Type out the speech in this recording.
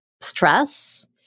stress